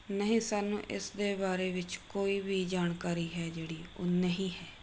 ਨਹੀਂ ਸਾਨੂੰ ਇਸ ਦੇ ਬਾਰੇ ਵਿੱਚ ਕੋਈ ਵੀ ਜਾਣਕਾਰੀ ਹੈ ਜਿਹੜੀ ਉਹ ਨਹੀਂ ਹੈ